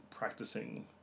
practicing